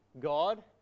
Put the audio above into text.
God